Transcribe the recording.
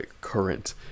current